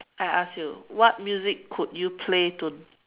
I ask you what music could you play to